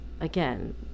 again